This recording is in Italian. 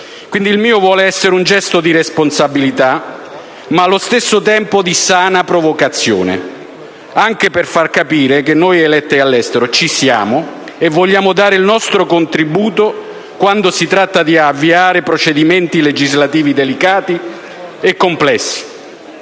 il mio vuole essere un gesto di responsabilità, ma nello stesso tempo di sana provocazione, anche per far capire che noi eletti all'estero ci siamo e vogliamo dare il nostro contributo quando si tratta di avviare procedimenti legislativi delicati e complessi,